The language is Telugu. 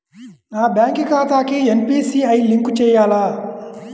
నా బ్యాంక్ ఖాతాకి ఎన్.పీ.సి.ఐ లింక్ చేయాలా?